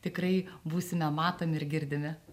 tikrai būsime matomi ir girdimi